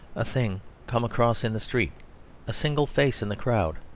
a thing come across in the street a single face in the crowd,